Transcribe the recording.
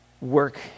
work